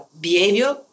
behavior